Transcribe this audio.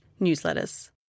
newsletters